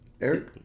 Eric